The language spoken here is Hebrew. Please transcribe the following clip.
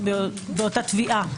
באותה תביעה.